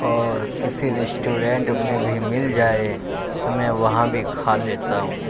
اور کسی ریسٹورینٹ میں بھی مل جائے تو میں وہاں بھی کھا لیتا ہوں